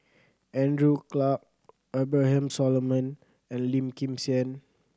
Andrew Clarke Abraham Solomon and Lim Kim San